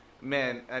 Man